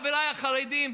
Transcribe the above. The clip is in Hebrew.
חבריי החרדים,